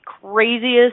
craziest